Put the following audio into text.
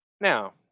Now